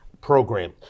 program